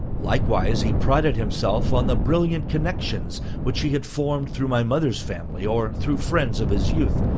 likewise he prided himself on the brilliant connections which he had formed through my mother's family or through friends of his youth,